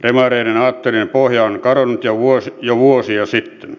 demareiden aatteiden pohja on kadonnut jo vuosia sitten